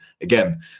again